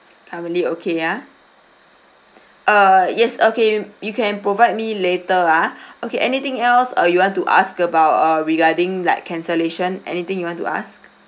currently okay ah err yes okay you you can provide me later ah okay anything else uh you want to ask about uh regarding like cancellation anything you want to ask